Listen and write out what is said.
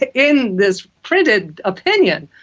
in this printed opinion,